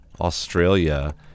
Australia